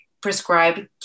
prescribed